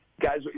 Guys